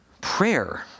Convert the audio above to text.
prayer